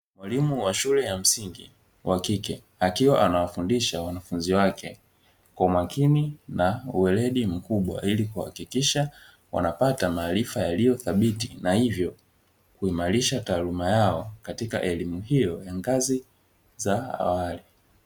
Walimu wa shule ya msingi wa kike akiwa anawafundisha wanafunzi wake kwa umakini na uweledi mkubwa, ili kuhakikisha wanapata maarifa yaliyo thabiti na hivyo kuimarisha taaluma yao katika elimu hiyo ya ngazi za awali.